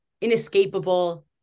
inescapable